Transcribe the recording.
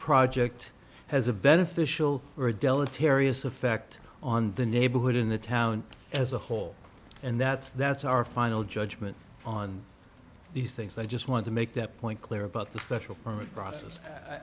project has a beneficial or deleterious effect on the neighborhood in the town as a whole and that's that's our final judgment on these things i just want to make that point clear about the special permit process i